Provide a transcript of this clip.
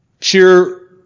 Cheer